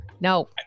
No